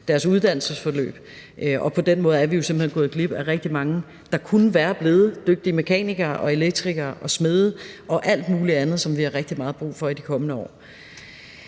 deres uddannelsesforløb. På den måde er vi jo simpelt hen gået glip af rigtig mange, der kunne være blevet dygtige mekanikere, elektrikere, smede og alt muligt andet, som vi har rigtig meget brug for i de kommende år.